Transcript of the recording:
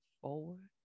forward